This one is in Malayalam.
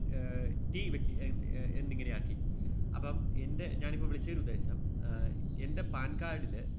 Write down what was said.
ടി വെട്ടി എ എന്നിങ്ങനെയാക്കി അപ്പോള് എൻ്റെ ഞാനിപ്പോള് വിളിച്ചതിനുദ്ദേശം എൻ്റെ പാൻ കാര്ഡില്